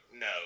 no